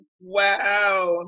Wow